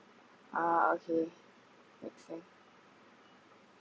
ah okay make sense